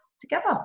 together